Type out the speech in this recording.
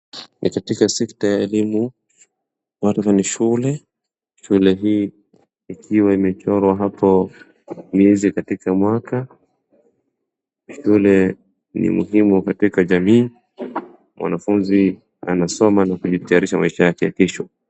Ni katika sekta ya elimu. Hapa ni shule, shule hii ikiwa imechorwa hapo miezi katika mwaka. Shule ni muhimu katika jamii, mwanafunzi anasoma na kujitayarisha maisha yake ya kesho.